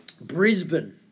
Brisbane